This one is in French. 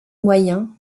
moyens